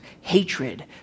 Hatred